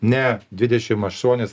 ne dvidešim aštuonis